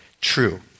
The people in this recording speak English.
true